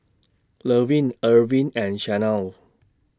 Levin Arvin and Chanelle